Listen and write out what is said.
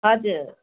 हजुर